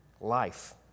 life